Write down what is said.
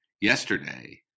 yesterday